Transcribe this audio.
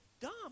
dumb